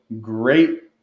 great